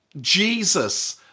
Jesus